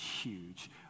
huge